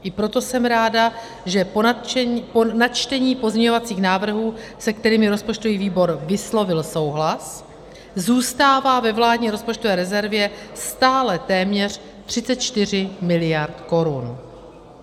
I proto jsem ráda, že po načtení pozměňovacích návrhů, se kterými rozpočtový výbor vyslovil souhlas, zůstává ve vládní rozpočtové rezervě stále téměř 34 mld. korun.